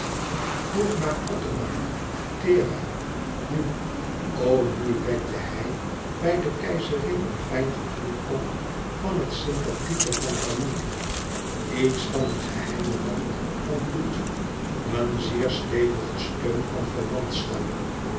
vroeg naar othomar thera nu o nu wekte hij bij de keizerin een fijn gevoel op van het sympathieke van familie iets van een geheimen band van bloed een zeer stevigen steun van